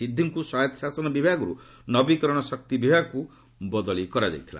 ସିଦ୍ଧୃଙ୍କୁ ସ୍ପାୟତ୍ତ ଶାସନ ବିଭାଗର୍ ନବିକରଣ ଶକ୍ତି ବିଭାଗକୃ ବଦଳୀ କରାଯାଇଥିଲା